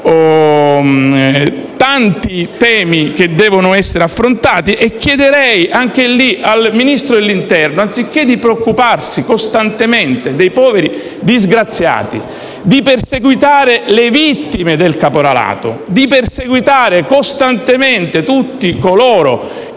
tanti temi e anche in questo caso sarebbe opportuno che il Ministro dell'interno, anziché preoccuparsi costantemente dei poveri disgraziati, di perseguitare le vittime del caporalato, di perseguitare costantemente tutti coloro